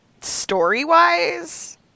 story-wise